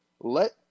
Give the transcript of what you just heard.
let